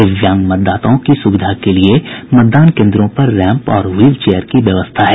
दिव्यांग मतदाताओं की सुविधा के लिये मतदान कोन्द्रों पर रैंप और व्हील चेयर की व्यवस्था है